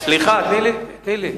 סליחה, תני לי, תני לי.